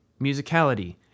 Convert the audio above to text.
Musicality